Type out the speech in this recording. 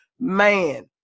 Man